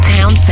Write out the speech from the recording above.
Town